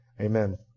amen